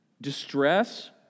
distress